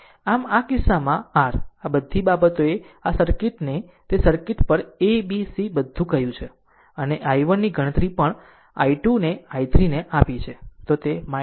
આમ આ કિસ્સામાં r આ બધી બાબતોએ આ સર્કિટને તે સર્કિટ પર a b c બધું કહ્યું છે અને i1 ની ગણતરી પણ i2 ને i3 ને આપી છે તે 0